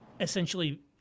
essentially